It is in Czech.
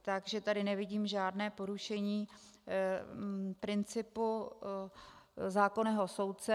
Takže tady nevidím žádné porušení principu zákonného soudce.